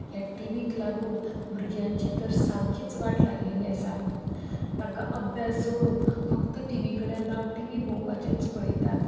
हे टी व्हीक लागून भुरग्यांची तर सामकीच वाट लागलेली आसा तांकां अभ्यास सोडून फक्त टी व्ही कडेन जावं टी व्ही पळोवपाचेंच पळयतात